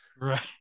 Right